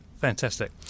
fantastic